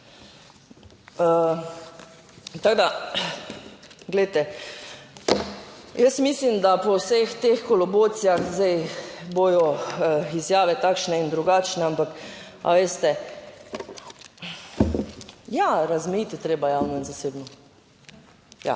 Tako da glejte, jaz mislim, da po vseh teh kolobocijah zdaj bodo izjave takšne in drugačne, ampak ali veste, ja, razmejiti je treba javno in zasebno. Ja,